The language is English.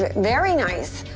but very nice.